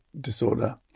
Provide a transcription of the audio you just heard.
disorder